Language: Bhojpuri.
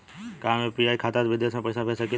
का हम यू.पी.आई खाता से विदेश में पइसा भेज सकिला?